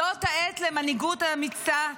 זאת העת למנהיגות אמיצה.